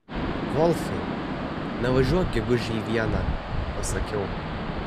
volfai nevažiuok gegužę į vieną pasakiau